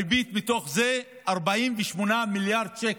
הריבית מתוך זה היא 48 מיליארד שקל,